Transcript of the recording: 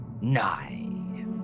nigh